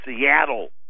Seattle